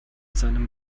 seinem